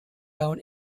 down